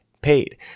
paid